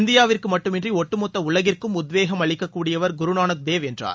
இந்தியாவிற்கு மட்டுமின்றி ஒட்டுமொத்த உலகிற்கும் உத்வேகம் அளிக்கக் கூடியவர் குருநானக் தேவ் என்றார்